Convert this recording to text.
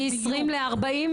מ-20 ל-40,